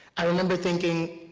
i remember thinking,